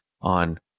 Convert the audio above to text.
on